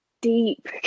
deep